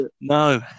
No